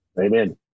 Amen